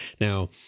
Now